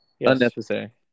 Unnecessary